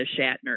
Shatner